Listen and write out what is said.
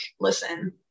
listen